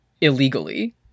illegally